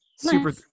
super